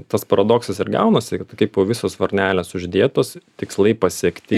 tas paradoksas ir gaunasi kad kaipo visos varnelės uždėtos tikslai pasiekti